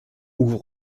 ouvre